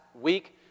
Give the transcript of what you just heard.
week